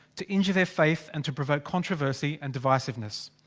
to injure their faith, and to provoke controversy and divisiveness.